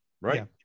Right